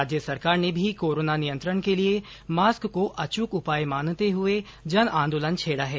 राज्य सरकार ने भी कोरोना नियंत्रण के लिए मास्क को अचूक उपाय मानते हुए जन आंदोलन छेड़ा है